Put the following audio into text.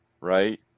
right